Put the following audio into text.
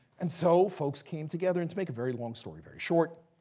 and so, folks came together, and to make a very long story very short,